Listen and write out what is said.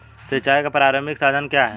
सिंचाई का प्रारंभिक साधन क्या है?